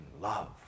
love